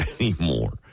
anymore